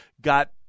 got